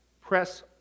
Press